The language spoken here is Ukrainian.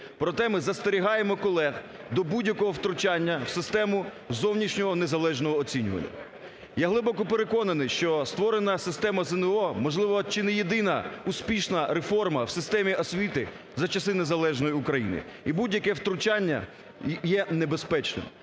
проте ми застерігаємо колег до будь-якого втручання в систему зовнішнього незалежного оцінювання. Я глибоко переконаний, що створена система ЗНО, можливо, чи не єдина успішна реформа в системі освіти за часи незалежної України. І будь-яке втручання є небезпечним.